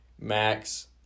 Max